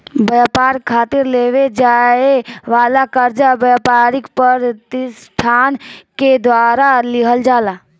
ब्यपार खातिर लेवे जाए वाला कर्जा ब्यपारिक पर तिसठान के द्वारा लिहल जाला